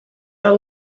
are